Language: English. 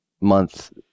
month